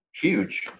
huge